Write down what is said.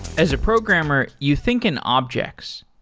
as a programmer, you think an object.